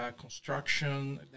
construction